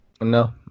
No